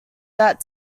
that